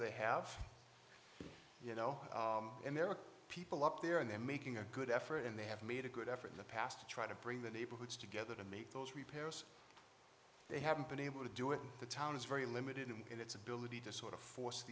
they have you know and there are people up there and they're making a good effort and they have made a good effort in the past to try to bring the neighborhoods together to make those repairs they haven't been able to do it the town is very limited in its ability to sort of force t